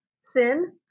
Sin